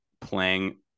playing